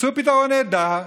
מצאו פתרון נהדר: